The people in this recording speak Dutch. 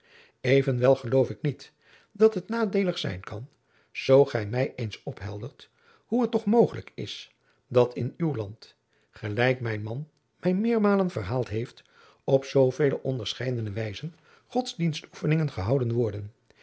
evenwel geloof ik niet dat het nadeelig zijn kan zoo gij mij eens opheldert hoe het toch mogelijk is dat in uw land gelijk mijn man mij meermalen verhaald heeft op zoovele onderscheidene wijzen godsdienstoefeningen gehouden worden